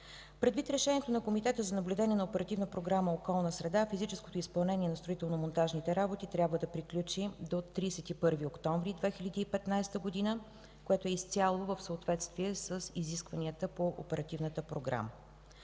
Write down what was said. Предвид решението на Комитета за наблюдение на Оперативна програма „Околна среда” физическото изпълнение на строително-монтажните работи трябва да приключи до 31 октомври 2015 г., което е изцяло в съответствие с изискванията по Оперативната програма.